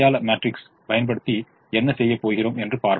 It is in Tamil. மேட்ரிக்ஸ் பயன்படுத்தி என்ன செய்ய போகிறோம் என்று பார்ப்போம்